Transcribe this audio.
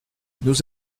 nous